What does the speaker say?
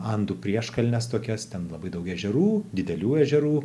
andų prieškalnes tokias ten labai daug ežerų didelių ežerų